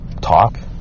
talk